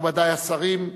מכובדי השרים,